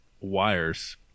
wires